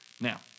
Now